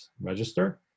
register